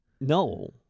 No